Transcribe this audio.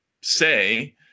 say